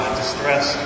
distress